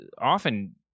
often